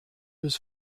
was